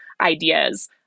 ideas